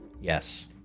Yes